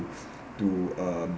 to uh